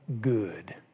good